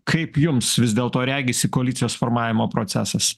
kaip jums vis dėlto regisi koalicijos formavimo procesas